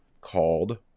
called